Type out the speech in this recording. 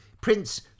Prince